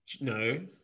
No